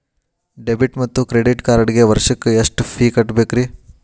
Debit ಮತ್ತು credit ಕಾರ್ಡ್ಗೆ ವರ್ಷಕ್ಕ ಎಷ್ಟ ಫೇ ಕಟ್ಟಬೇಕ್ರಿ?